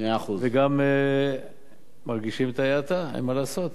וגם מרגישים את ההאטה, אין מה לעשות.